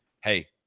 hey